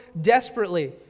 desperately